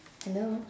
hello